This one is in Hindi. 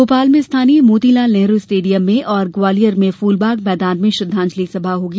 भोपाल में स्थानीय मोतीलाल नेहरू स्टेडियम में और ग्वालियर में फूलबाग मैदान में श्रद्वांजलि सभा होगी